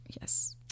Yes